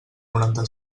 noranta